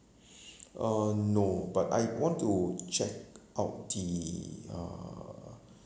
uh no but I want to check out the uh